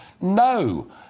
No